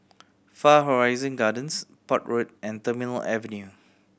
Far Horizon Gardens Port Road and Terminal Avenue